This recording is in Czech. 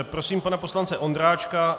Prosím pana poslance Ondráčka.